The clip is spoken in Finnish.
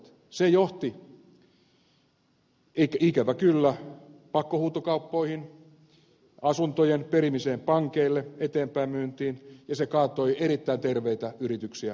se johti ikävä kyllä pakkohuutokauppoihin asuntojen perimiseen pankeille eteenpäin myyntiin ja se kaatoi erittäin terveitä yrityksiä alta pois